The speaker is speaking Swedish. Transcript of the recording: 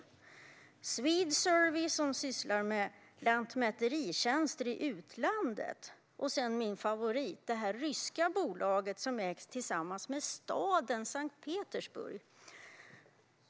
Vi har Swedesurvey, som sysslar med lantmäteritjänster i utlandet, och så har vi min favorit: det ryska bolaget som ägs tillsammans med staden Sankt Petersburg.